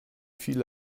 viele